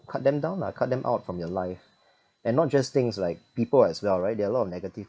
cut them down lah cut them out from your life and not just things like people as well right there are a lot of negative